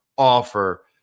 offer